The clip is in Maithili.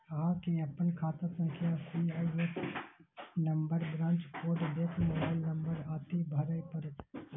अहां कें अपन खाता संख्या, सी.आई.एफ नंबर, ब्रांच कोड, देश, मोबाइल नंबर आदि भरय पड़त